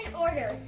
and order!